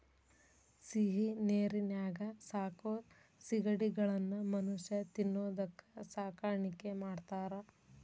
ಸಿಹಿನೇರಿನ್ಯಾಗ ಸಾಕೋ ಸಿಗಡಿಗಳನ್ನ ಮನುಷ್ಯ ತಿನ್ನೋದಕ್ಕ ಸಾಕಾಣಿಕೆ ಮಾಡ್ತಾರಾ